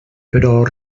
però